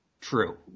true